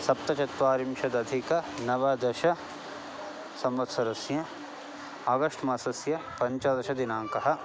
सप्तचत्वारिंशदधिकनवदशसंवत्सरस्य आगष्ट्मासस्य पञ्चदशदिनाङ्कः